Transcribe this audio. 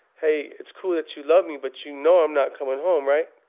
hey it's cool that you love me, but you know i'm not coming home, right?